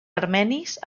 armenis